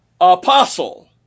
apostle